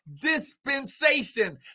dispensation